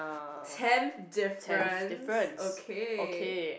ten difference okay